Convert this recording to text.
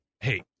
hey